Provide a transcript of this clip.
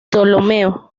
ptolomeo